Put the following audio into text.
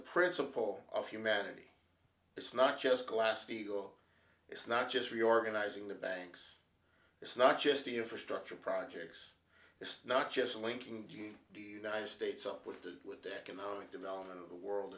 principle of humanity it's not just glass steagall it's not just reorganizing the banks it's not just the infrastructure projects it's not just linking do you nine states up with the with the economic development of the world